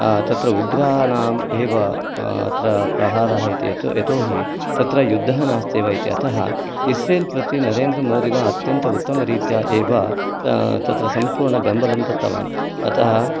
तत्र उग्राणाम् एव अत्र प्राहारः इति यत् यतोहि तत्र युद्धः नास्ति एव इति अतः इस्रेल् प्रति नरेन्द्रमोदिना अत्यन्तम् उत्तमरीत्या एव तत्र सम्पूर्णं दत्तवान् अतः